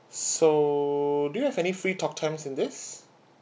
so do you have any free talktimes in this